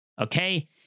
Okay